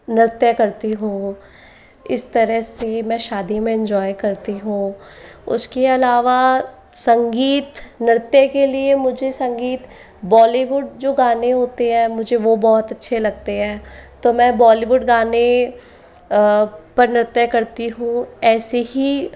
नृत्य करती हूँ इस तरह से मैं शादी में एंजॉय करती हूँ उस के अलावा संगीत नृत्य के लिए मुझे संगीत बॉलीवुड जो गाने होते हैं मुझे वो बहुत अच्छे लगते हैं तो में बॉलीवुड गाने पर नृत्य करती हूँ ऐसे ही